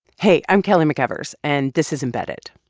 hey, i'm kelly mcevers, and this is embedded.